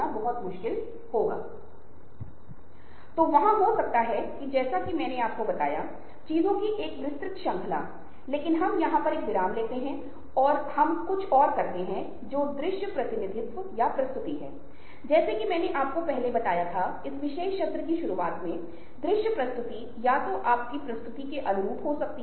बहुत सारे case study हैं और मैं आपको निश्चित रूप से पुस्तकों और संदर्भों के कुछ लिंक प्रदान करूंगा जो आपको बताते हैं कि नेटवर्क में लोगों के व्यवहार का यह विश्लेषण बहुत सी चीजों को प्रकट करता है